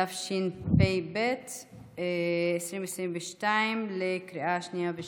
התשפ"ב 2022, בקריאה שנייה.